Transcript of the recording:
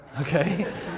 Okay